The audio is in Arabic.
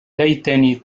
ليتني